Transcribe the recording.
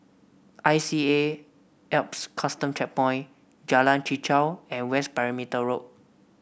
I C A Alps Custom Checkpoint Jalan Chichau and West Perimeter Road